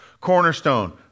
cornerstone